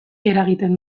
eragiten